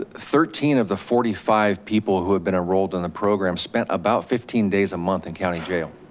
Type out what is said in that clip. thirteen of the forty five people who have been enrolled in the program spent about fifteen days a month in county jail.